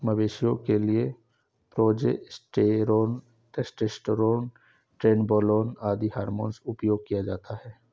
मवेशियों के लिए प्रोजेस्टेरोन, टेस्टोस्टेरोन, ट्रेनबोलोन आदि हार्मोन उपयोग किया जाता है